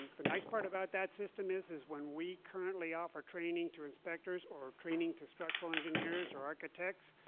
the nice part about that system is, is when we currently offer training to inspectors, or training to structural engineers or architects,